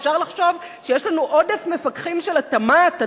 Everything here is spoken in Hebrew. אפשר לחשוב שיש לנו עודף מפקחים של התמ"ת,